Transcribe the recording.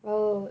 err